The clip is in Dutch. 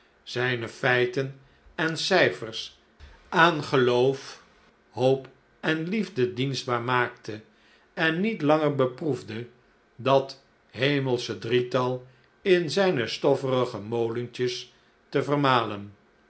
zijne feiten en cijfers aan geloof hoop en liefde dienstbaar maakte en niet langer beproefde dat hemelsche drietal in zijne stofferige molentjes te vermalen